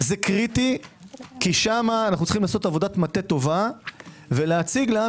זה קריטי כי שם אנו צריכים לעשות עבודת מטה טובה ולהציג לעם